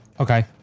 Okay